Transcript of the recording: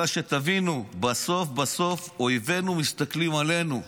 תבינו, בסוף בסוף אויבינו מסתכלים עלינו.